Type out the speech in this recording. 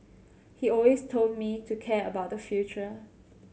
he always told me to care about the future